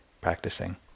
practicing